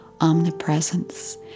omnipresence